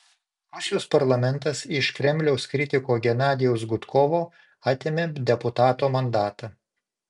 rusijos parlamentas iš kremliaus kritiko genadijaus gudkovo atėmė deputato mandatą